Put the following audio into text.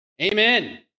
Amen